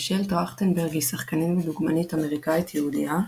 מישל טרכטנברג היא שחקנית ודוגמנית אמריקאית-יהודייה,